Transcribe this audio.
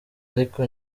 ariko